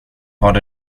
vad